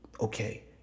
okay